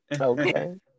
Okay